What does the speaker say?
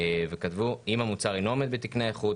"ואם המוצר אינו עומד בתקני האיכות,